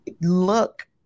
look